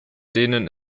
denen